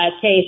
case